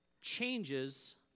changes